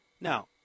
Now